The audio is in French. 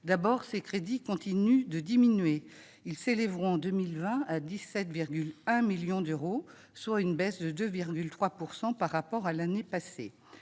D'abord, ses crédits continuent de diminuer. Ils seront de 17,1 millions d'euros en 2020, soit une baisse de 2,3 % par rapport à l'année passée.